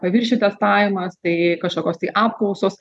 paviršių testavimas tai kažkokios tai apklausos